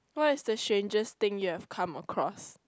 what is the strangest thing you have come across